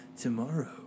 Tomorrow